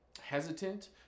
hesitant